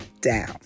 down